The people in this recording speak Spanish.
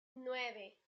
nueve